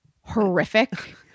horrific